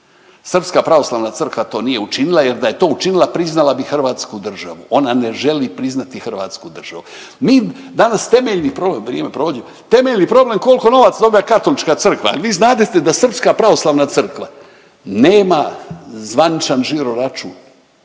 Srpska pravoslavna crkva to nije učinila jel da je učinila priznala bi Hrvatsku državu. Ona ne želi priznati Hrvatsku državu. Mi danas temeljni … vrijeme prođe, temeljni problem kolko novaca dobiva Katolička Crkva. Jel vi znadete da Srpska pravoslavna crkva nema zvaničan žiroračun,